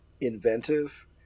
inventive